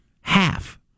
half